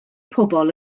pobl